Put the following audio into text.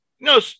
No